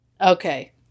okay